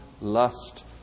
lust